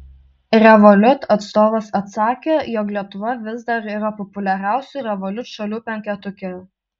revolut atstovas atsakė jog lietuva vis dar yra populiariausių revolut šalių penketuke